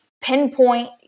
pinpoint